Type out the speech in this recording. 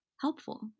helpful